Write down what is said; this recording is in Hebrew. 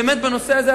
בנושא הזה,